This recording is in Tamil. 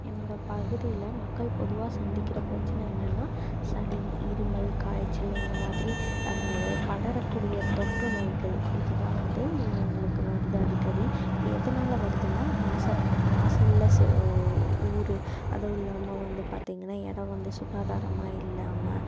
என்னோட பகுதியில் மக்கள் பொதுவாக சந்திக்கிற பிரச்சனை என்னென்னா சளி இருமல் காய்ச்சல் இந்த மாதிரி படரக்கூடிய தொற்றுநோய்கள் இது தான் வந்து இவங்களுக்கு வருது அடிக்கடி இது எதனால வருதுன்னா மாசத் மாசு உள்ள சோ ஊர் அதுவும் இல்லாம வந்து பார்த்தீங்கன்னா இடோம் வந்து சுகாதாரமாக இல்லாம